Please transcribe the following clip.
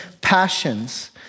passions